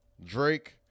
Drake